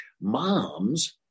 moms